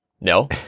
No